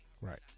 Right